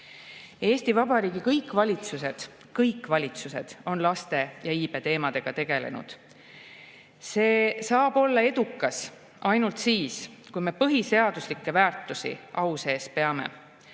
naisi. Eesti Vabariigi kõik valitsused – kõik valitsused – on laste- ja iibeteemadega tegelenud. See saab olla edukas ainult siis, kui me põhiseaduslikke väärtusi au sees peame,